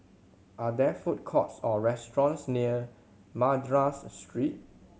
are there food courts or restaurants near Madras Street